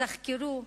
שתתחקרו